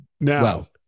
now